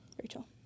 Rachel